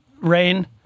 rain